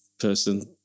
person